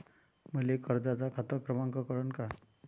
मले कर्जाचा खात क्रमांक कळन का?